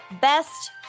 Best